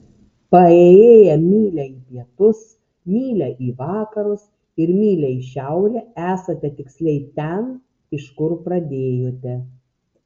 paėjėję mylią į pietus mylią į vakarus ir mylią į šiaurę esate tiksliai ten iš kur pradėjote